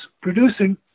producing